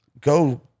go